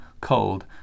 cold